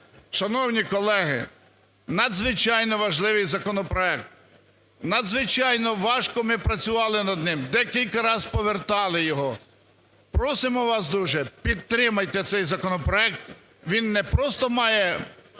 Шановні колеги, надзвичайно важливий законопроект, надзвичайно важко ми працювали над ним, декілька раз повертали його, просимо вас дуже, підтримайте цей законопроект, він не просто має